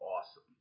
awesome